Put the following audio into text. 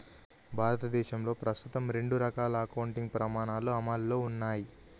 భారతదేశంలో ప్రస్తుతం రెండు రకాల అకౌంటింగ్ ప్రమాణాలు అమల్లో ఉన్నయ్